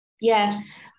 Yes